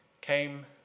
came